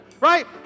right